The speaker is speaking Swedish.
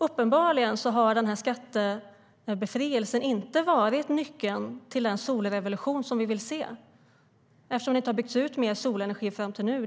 Uppenbarligen har skattebefrielsen inte varit nyckeln till den solrevolution som vi vill se eftersom det hittills inte byggts ut mer solenergi än vad som varit fallet.